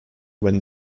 when